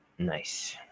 Nice